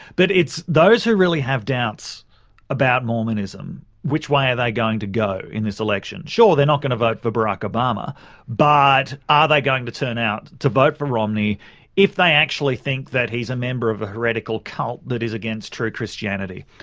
but it's those who really have doubts about mormonism, which way are they going to go in this election? sure, they're not going to vote for barack obama but are ah they going to turn out to vote for romney if they actually think that he's a member of a heretical cult that is against true christianity.